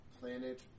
planet